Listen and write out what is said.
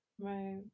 right